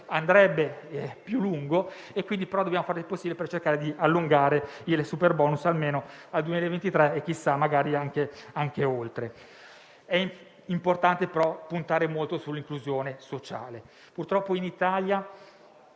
andrebbe più a lungo; però dobbiamo fare il possibile per cercare di allungare il superbonus almeno fino al 2023 e, chissà, magari anche oltre. È importante puntare molto sull'inclusione sociale. Purtroppo in Italia,